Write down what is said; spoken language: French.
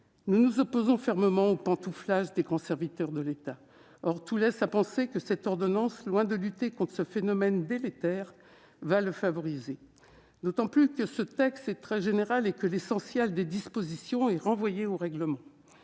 Nous nous opposons fermement au pantouflage des grands serviteurs de l'État. Or tout laisse à penser que cette ordonnance, loin de lutter contre ce phénomène délétère, va le favoriser. Ce texte est en effet très général, et l'essentiel de ses dispositions est renvoyé au règlement.